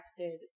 texted